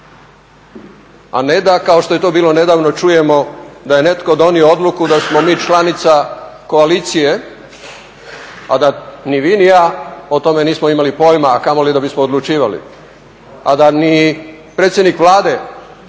a ne da kao što je to bilo nedavno čujemo da je netko donio odluku da smo mi članica koalicije a da ni vi ni ja o tome nismo imali pojma, a kamoli da bismo odlučivali. A da ni predsjednik Vlade,